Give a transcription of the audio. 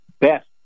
best